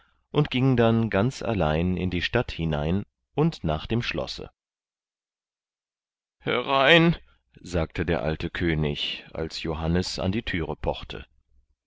und ging dann ganz allein in die stadt hinein und nach dem schlosse herein sagte der alte könig als johannes an die thüre pochte